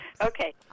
Okay